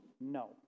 no